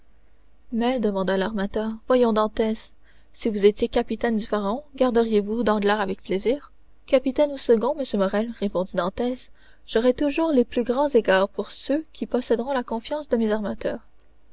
mais demanda l'armateur voyons dantès si vous étiez capitaine du pharaon garderiez vous danglars avec plaisir capitaine ou second monsieur morrel répondit dit dantès j'aurai toujours les plus grands égards pour ceux qui posséderont la confiance de mes armateurs